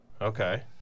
Okay